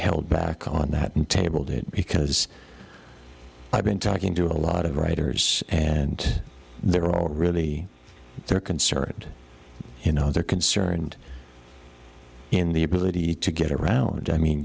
held back on that and tabled it because i've been talking to a lot of writers and they're all really they're concerned you know they're concerned in the ability to get around i mean